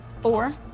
four